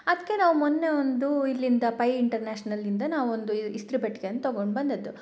ಅದಕ್ಕೆ ನಾವು ಮೊನ್ನೆ ಒಂದು ಇಲ್ಲಿಂದ ಪೈ ಇಂಟರ್ನ್ಯಾಷನಲ್ಲಿಂದ ನಾವು ಒಂದು ಇಸ್ತ್ರಿಪೆಟ್ಟಿಗೆನ ತಗೊಂಡು ಬಂದದ್ದು